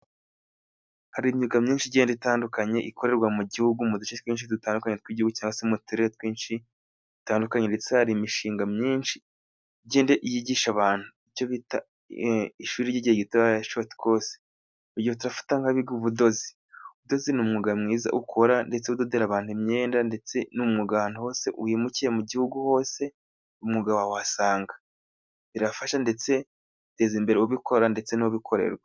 Hari imyuga myinshi igenda itandukanye ikoregwa mu gihugu mu duce twinshi dutandukanye tw'igihugu cyangwa mu turere twinshi dutandukanye ndetse hari imishinga myinshi igenda yigisha abantu icyo bita ishuri ry'igihe gita shoti kose, urugero tufata abiga ubudozi. Ubudozi ni umwuga mwiza ukora ndetse udodere abantu imyenda ndetse ni umwuga wose wimukiye mu gihugu hose umwuga wawuhasanga, birafasha ndetse iteza imbere ubikora ndetse n'ubikorerwa.